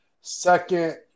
second